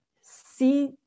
see